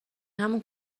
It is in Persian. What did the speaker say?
همون